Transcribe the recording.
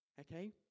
Okay